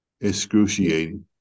excruciating